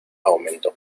aumentó